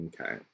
okay